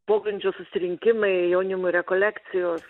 pogrindžio susirinkimai jaunimui rekolekcijos